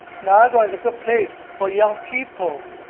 niagara is a good place for young people.